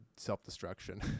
self-destruction